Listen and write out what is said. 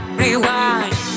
rewind